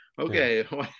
Okay